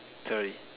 sorry